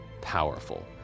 powerful